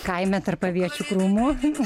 kaime tarp aviečių krūmų